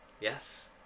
Yes